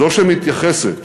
זו שמתייחסת